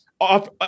off